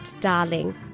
darling